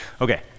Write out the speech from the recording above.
Okay